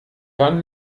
dann